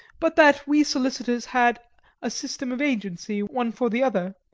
but that we solicitors had a system of agency one for the other,